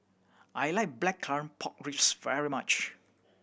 I like Blackcurrant Pork Ribs very much